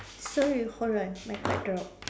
sorry hold on my card dropped